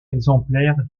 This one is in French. exemplaire